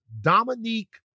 Dominique